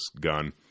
gun